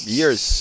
years